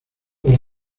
los